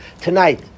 tonight